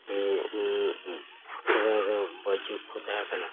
ᱥᱮᱫᱟᱭ ᱫᱚ ᱵᱟᱹᱡᱩ ᱠᱚ ᱛᱟᱦᱮᱸ ᱠᱟᱱᱟ